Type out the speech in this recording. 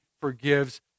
forgives